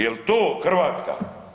Jel to Hrvatska?